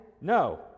No